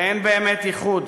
ואין באמת איחוד.